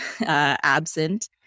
absent